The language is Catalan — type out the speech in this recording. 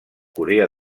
corea